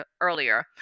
earlier